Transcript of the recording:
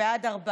עודד פורר,